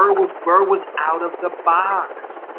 burr was burr was out of the box,